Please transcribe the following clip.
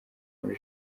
muri